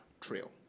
trail